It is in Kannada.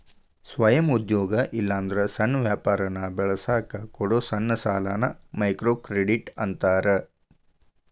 ಸ್ವಯಂ ಉದ್ಯೋಗ ಇಲ್ಲಾಂದ್ರ ಸಣ್ಣ ವ್ಯಾಪಾರನ ಬೆಳಸಕ ಕೊಡೊ ಸಣ್ಣ ಸಾಲಾನ ಮೈಕ್ರೋಕ್ರೆಡಿಟ್ ಅಂತಾರ